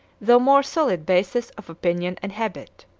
though more solid, basis of opinion and habit.